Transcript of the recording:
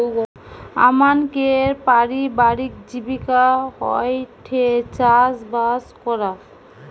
আমানকের পারিবারিক জীবিকা হয়ঠে চাষবাস করা